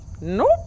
Nope